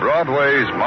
Broadway's